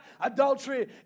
Adultery